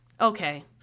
Okay